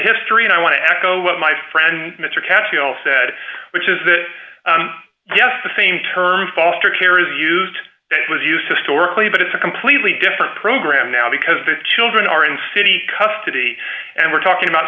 history and i want to echo what my friend mr catchpole said which is that yes the same term foster care is used it was used historically but it's a completely different program now because the children are in city custody and we're talking about